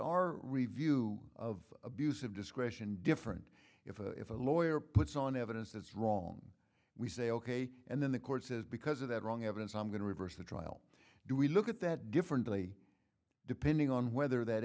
our review of abuse of discretion different if a lawyer puts on evidence that's wrong we say ok and then the court says because of that wrong evidence i'm going to reverse the trial do we look at that differently depending on whether that